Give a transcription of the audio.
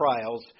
trials